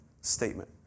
statement